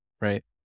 right